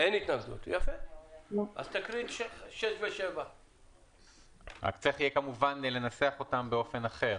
אז יהיה צורך לנסח את 5,6 ו-7 באופן אחר,